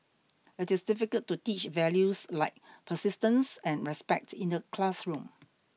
it is difficult to teach values like persistence and respect in the classroom